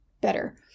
better